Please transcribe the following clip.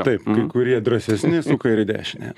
taip kai kurie drąsesni suka ir į dešinę